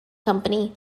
company